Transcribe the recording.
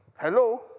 Hello